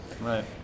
Right